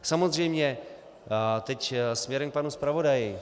Samozřejmě teď směrem k panu zpravodaji.